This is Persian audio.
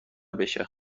بشه